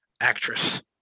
actress